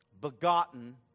Begotten